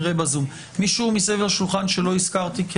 מישהו מסביב לשולחן שלא הזכרתי אותו?